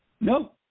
No